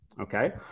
Okay